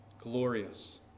glorious